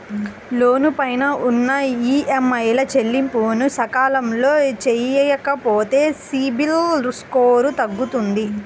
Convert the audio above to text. లోను పైన ఉన్న ఈఎంఐల చెల్లింపులను సకాలంలో చెయ్యకపోతే సిబిల్ స్కోరు తగ్గుతుంది